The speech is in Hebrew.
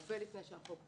הרבה לפני שהחוק חוקק.